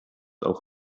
auch